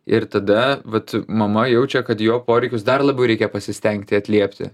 ir tada vat mama jaučia kad jo poreikius dar labiau reikia pasistengti atliepti